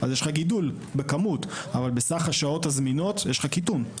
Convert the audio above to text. אז יש לך גידול בכמות אבל בסך השעות הזמינות יש קיטון.